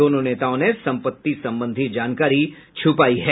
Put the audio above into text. दोनों नेताओं ने संपत्ति संबंधी जानकारी छुपाई है